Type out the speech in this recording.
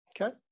Okay